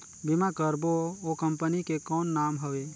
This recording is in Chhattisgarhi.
बीमा करबो ओ कंपनी के कौन नाम हवे?